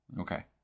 Okay